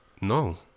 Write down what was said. No